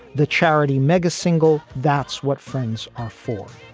the charity mega single. that's what friends are for.